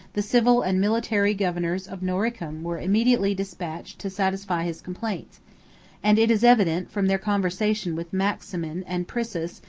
the civil and military governors of noricum were immediately despatched to satisfy his complaints and it is evident, from their conversation with maximin and priscus,